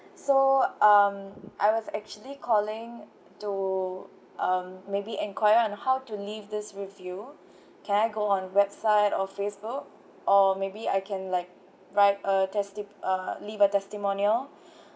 so um I was actually calling to um maybe enquire on how to leave this review can I go on website or facebook or maybe I can like write a testi~ uh leave a testimonial